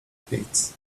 pits